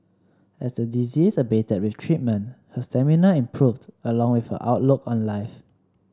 as the disease abated with treatment her stamina improved along with her outlook on life